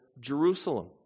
Jerusalem